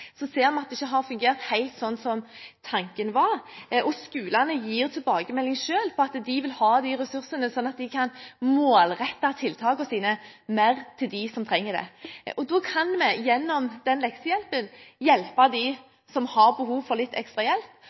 Så ser vi at det ikke har fungert helt som tanken var. Skolene gir selv tilbakemelding på at de vil ha ressursene, sånn at de kan målrette tiltakene mer mot dem som trenger det. Da kan vi gjennom leksehjelpen hjelpe dem som har behov for litt ekstra hjelp,